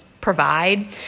provide